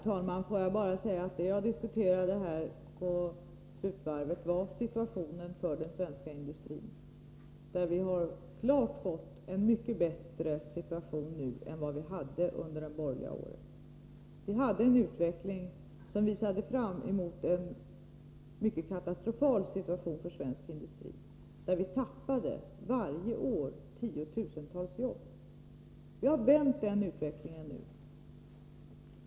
Herr talman! Det jag diskuterade här på slutvarvet var den svenska industrins situation, som nu är klart bättre än den var under de borgerliga åren. Vi hade en utveckling som visade fram emot en katastrofal situation för svensk industri. Varje år tappade vi tiotusentals jobb. Vi har nu vänt den utvecklingen.